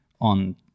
on